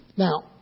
Now